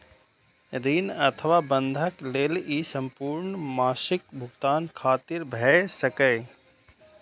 ऋण अथवा बंधक लेल ई संपूर्ण मासिक भुगतान खातिर भए सकैए